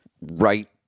right